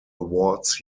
awards